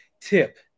Tip